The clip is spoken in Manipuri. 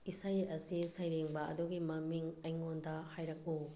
ꯏꯁꯩ ꯑꯁꯤ ꯁꯩꯔꯦꯡꯕ ꯑꯗꯨꯒꯤ ꯃꯃꯤꯡ ꯑꯩꯉꯣꯟꯗ ꯍꯥꯏꯔꯛꯎ